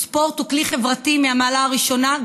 ספורט הוא כלי חברתי מהמעלה הראשונה,